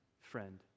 friend